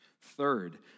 Third